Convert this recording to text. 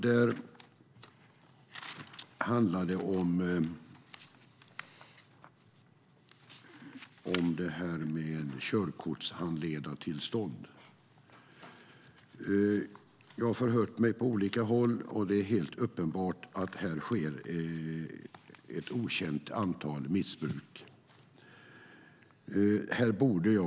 Där handlar det om körkortshandledartillstånd. Jag har förhört mig på olika håll, och det är helt uppenbart att det förekommer missbruk i okänd utsträckning.